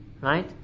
Right